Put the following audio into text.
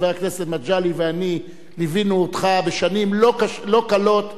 חבר הכנסת מגלי ואני ליווינו אותך בשנים לא קלות,